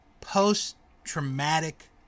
post-traumatic